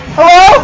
Hello